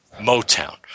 Motown